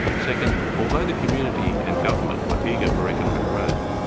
second, although the community and government were eager for economic growth,